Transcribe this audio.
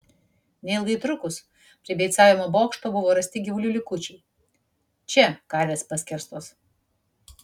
neilgai trukus prie beicavimo bokšto buvo rasti gyvulių likučiai čia karvės paskerstos